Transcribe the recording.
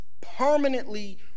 permanently